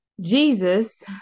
Jesus